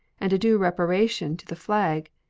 and a due reparation to the flag,